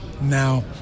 now